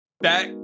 back